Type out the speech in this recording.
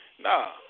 Nah